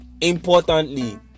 importantly